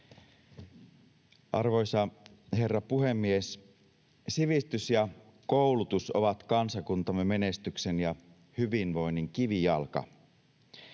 Arvoisa herra puhemies! Sivistys ja koulutus ovat kansakuntamme menestyksen ja hyvinvoinnin kivijalka.